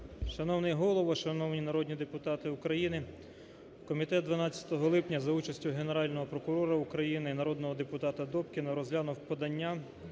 Шановний Голово, шановні народні депутати України! Комітет 12 липня за участю Генерального прокурора України і народного депутата Добкіна розглянув подання